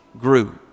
grew